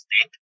state